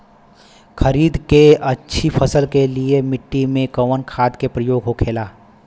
खरीद के अच्छी फसल के लिए मिट्टी में कवन खाद के प्रयोग होखेला?